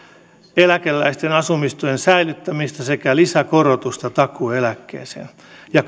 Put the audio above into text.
eläkeläisten asumistuen säilyttämistä sekä lisäkorotusta takuueläkkeeseen ja